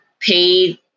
paid